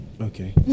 Okay